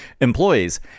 employees